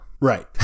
Right